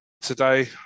today